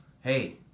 hey